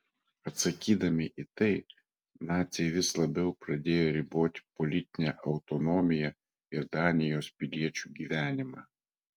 atsakydami į tai naciai vis labiau pradėjo riboti politinę autonomiją ir danijos piliečių gyvenimą